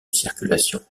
circulation